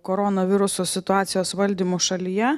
koronaviruso situacijos valdymu šalyje